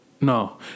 no